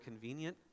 convenient